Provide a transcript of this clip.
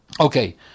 Okay